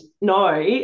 no